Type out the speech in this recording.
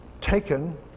taken